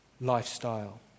lifestyle